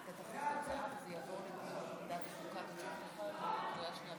ההצעה להעביר את הצעת חוק קיום דיונים